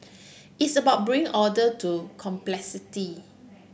it's about bring order to complexity